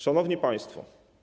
Szanowni Państwo!